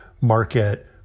market